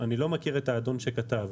אני לא מכיר את האדון שכתב,